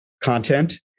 content